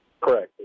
Correct